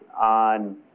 on